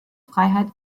freiheit